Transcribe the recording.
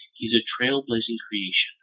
he's a trail-blazing creation,